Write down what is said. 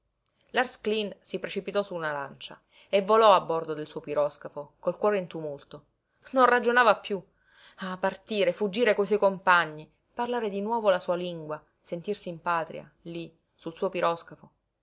lars cleen si precipitò su una lancia e volò a bordo del suo piroscafo col cuore in tumulto non ragionava piú ah partire fuggire coi suoi compagni parlare di nuovo la sua lingua sentirsi in patria lí sul suo piroscafo